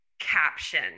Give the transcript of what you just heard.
caption